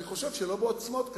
אני חושב שלא בעוצמות כאלה,